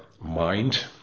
mind